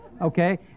okay